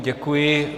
Děkuji.